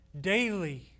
Daily